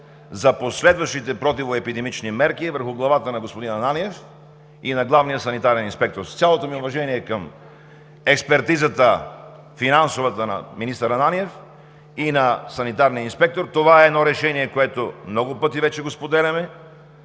за последващите противоепидемични мерки върху главата на господин Ананиев и на главния санитарен инспектор. С цялото ми уважение към финансовата експертиза на министър Ананиев и на санитарния инспектор, това е едно решение, което много пъти вече го споделяме